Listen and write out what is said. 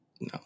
No